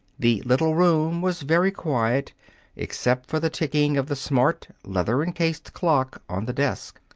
the little room was very quiet except for the ticking of the smart, leather-encased clock on the desk.